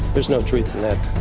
there's no truth in that.